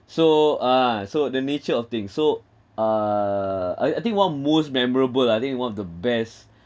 so uh so the nature of things so uh I I think one most memorable ah I think one of the best